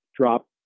drop